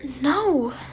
No